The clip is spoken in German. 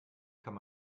kann